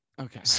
Okay